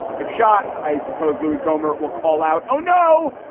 if shot, i suppose louie gohmert will call out. oh, no.